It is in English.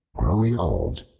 growing old,